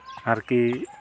ᱟᱨᱠᱤ